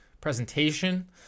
presentation